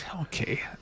okay